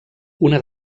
una